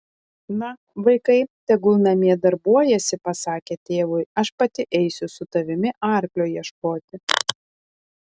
na vaikai tegul namie darbuojasi pasakė tėvui aš pati eisiu su tavimi arklio ieškoti